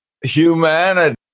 humanity